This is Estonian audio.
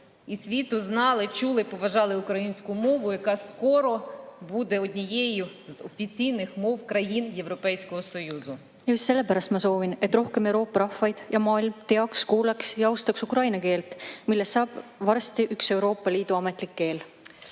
Just sellepärast ma soovin, et rohkem Euroopa rahvaid ja ka maailm teaks, kuulaks ja austaks ukraina keelt, millest saab varsti üks Euroopa Liidu ametlikke keeli.